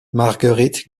marguerite